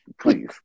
Please